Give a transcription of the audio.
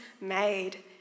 made